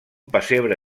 pessebre